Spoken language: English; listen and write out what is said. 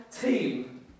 team